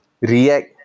react